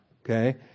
okay